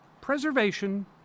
Preservation